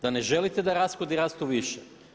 Da ne želite da rashodi rastu više.